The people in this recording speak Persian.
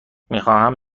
میخواهم